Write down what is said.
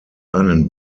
einen